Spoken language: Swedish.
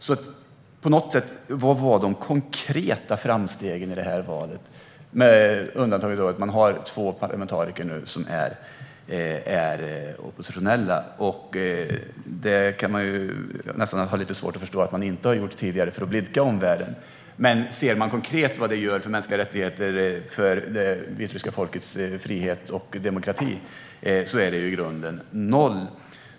Vad var alltså de konkreta framstegen i det här valet, med undantaget att man nu har två oppositionella parlamentariker? Man har ju nästan lite svårt att förstå att de inte gjort detta tidigare för att blidka omvärlden. Ser man konkret på vad det gör för mänskliga rättigheter och för det vitryska folkets frihet och demokrati är det dock i grunden noll.